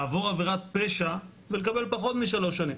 לעבור עבירת פשע ולקבל פחות משלוש שנים,